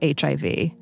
HIV